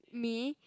me